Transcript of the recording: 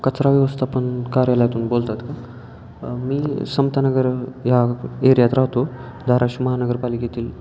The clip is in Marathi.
कचरा व्यवस्थापन कार्यालयातून बोलत आहेत का मी समतानगर ह्या एरियात राहतो धाराशिव महानगरपालिकेतील